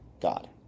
god